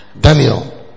Daniel